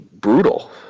brutal